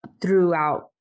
throughout